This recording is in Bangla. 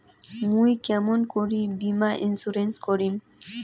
মুই কেমন করি বীমা ইন্সুরেন্স করিম?